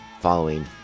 following